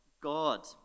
God